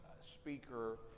speaker